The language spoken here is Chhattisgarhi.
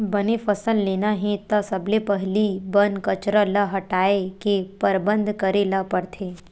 बने फसल लेना हे त सबले पहिली बन कचरा ल हटाए के परबंध करे ल परथे